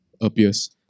appears